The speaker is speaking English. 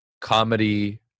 comedy